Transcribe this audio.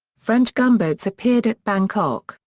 french gunboats appeared at bangkok,